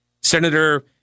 Senator